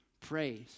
praise